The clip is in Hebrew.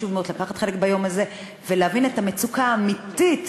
חשוב מאוד לקחת חלק ביום הזה ולהבין את המצוקה האמיתית,